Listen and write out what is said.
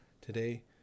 today